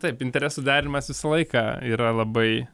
taip interesų derinimas visą laiką yra labai